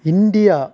India